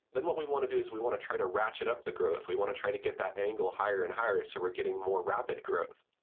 then what we want to do is we want to try to ratchet up the growth. we want to try to get that angle higher and higher so we're getting more rapid growth.